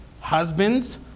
Husbands